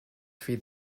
feed